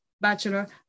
bachelor